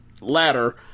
ladder